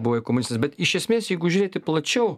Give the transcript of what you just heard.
buvę komunistas bet iš esmės jeigu žiūrėti plačiau